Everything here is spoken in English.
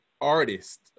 artist